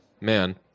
Man